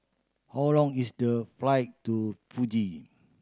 how long is the flight to Fiji